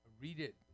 read-it